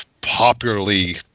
popularly